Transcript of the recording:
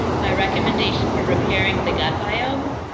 my recommendation for repairing the gut biome.